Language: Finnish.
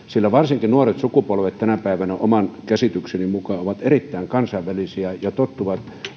sillä varsinkin nuoret sukupolvet ovat tänä päivänä oman käsitykseni mukaan erittäin kansainvälisiä ja tottuvat